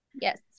yes